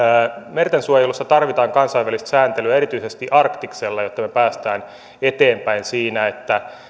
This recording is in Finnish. merten suojelussa tarvitaan kansainvälistä sääntelyä erityisesti arktiksella jotta me pääsemme eteenpäin siinä että